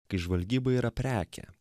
kai žvalgyba yra prekė